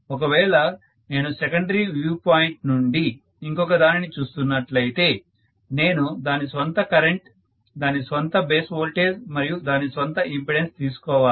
ఒకవేళ నేను secondary viewpoint నుండి ఇంకొక దానిని చూస్తున్నట్లయితే నేను దాని స్వంత కరెంట్ దాని స్వంత బేస్ వోల్టేజ్ మరియు దాని స్వంత ఇంపెడెన్స్ తీసుకోవాలి